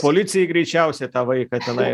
policijai greičiausiai tą vaiką tenai